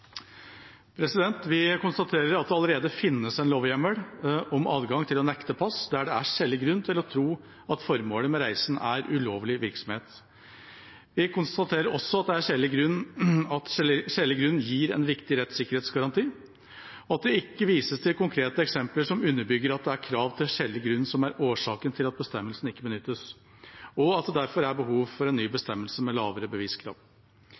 Vi konstaterer at det allerede finnes en lovhjemmel om adgang til å nekte pass der det er skjellig grunn til å tro at formålet med reisen er ulovlig virksomhet. Vi konstaterer også at skjellig grunn gir en viktig rettssikkerhetsgaranti, og at det ikke vises til konkrete eksempler som underbygger at det er krav til skjellig grunn som er årsaken til at bestemmelsen ikke benyttes, og at det derfor er behov for en ny bestemmelse med lavere beviskrav.